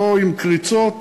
לא עם קריצות,